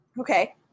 Okay